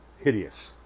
Hideous